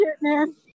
man